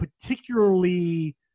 particularly